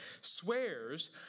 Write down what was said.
swears